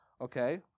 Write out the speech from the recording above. okay